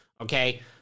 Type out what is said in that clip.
okay